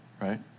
right